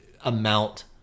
amount